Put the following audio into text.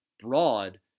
broad